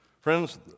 Friends